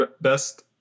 best